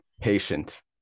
Patient